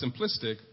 simplistic